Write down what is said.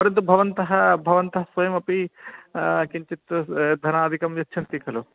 परन्तु भवन्तः भवन्तः स्वयमपि किञ्चित् धनादिकं यच्छन्ति खलु